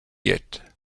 yet